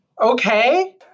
okay